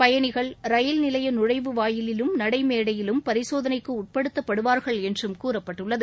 பயனிகள் ரயில் நிலையநழைவு வாயிலிலும் நடடமேடையிலும் பரிசோதனைக்குஉட்படுத்தப்படுவார்கள் என்றம் கூறப்பட்டுள்ளது